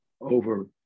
over